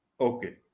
Okay